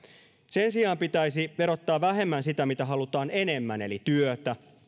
sen sijaan pitäisi verottaa vähemmän sitä mitä halutaan enemmän eli työtä